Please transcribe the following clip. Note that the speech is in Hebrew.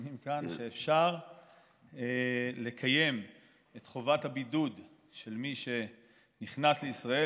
שאפשר לקיים את חובת הבידוד של מי שנכנס לישראל,